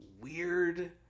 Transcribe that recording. weird